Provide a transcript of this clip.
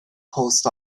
post